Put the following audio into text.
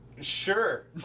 Sure